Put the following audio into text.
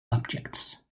subjects